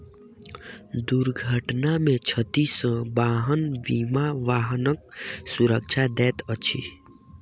दुर्घटना में क्षति सॅ वाहन बीमा वाहनक सुरक्षा दैत अछि